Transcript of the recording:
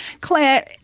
Claire